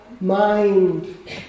mind